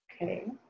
Okay